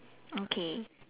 okay